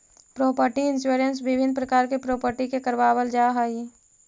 property insurance विभिन्न प्रकार के प्रॉपर्टी के करवावल जाऽ हई